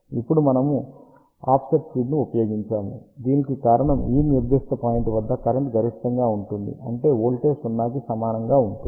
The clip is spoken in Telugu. ఇప్పుడు మనము ఆఫ్సెట్ ఫీడ్ను ఉపయోగించాము దీనికి కారణం ఈ నిర్దిష్ట పాయింట్ వద్ద కరెంట్ గరిష్టంగా ఉంటుంది అంటే వోల్టేజ్ 0 కి సమానంగా ఉంటుంది